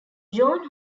john